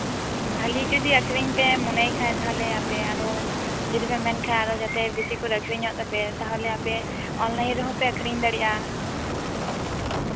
ᱵᱷᱟᱞᱤ ᱡᱩᱫᱤ ᱟᱠᱷᱨᱤᱧ ᱯᱮ ᱢᱚᱱᱮᱭ ᱠᱷᱟᱡ ᱟᱯᱮ ᱟᱨᱚ ᱡᱩᱫᱤ ᱯᱮ ᱢᱮᱱ ᱠᱷᱟᱡ ᱵᱮᱥᱤ ᱧᱮᱜ ᱟᱠᱷᱨᱤᱧᱚᱜ ᱛᱟᱯᱮᱭᱟ ᱛᱟᱞᱦᱮ ᱟᱯᱮ ᱚᱱᱞᱟᱭᱤᱱ ᱨᱮᱦᱚᱸ ᱯᱮ ᱟᱠᱷᱨᱤᱧ ᱫᱟᱲᱮᱭᱟᱜᱼᱟ